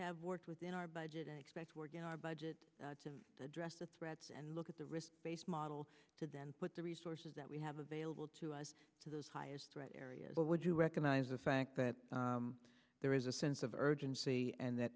have worked within our budget and expect work in our budget to address the threats and look at the risk based model to then put the resources that we have available to us to those highest threat areas where would you recognize the fact that there is a sense of urgency and that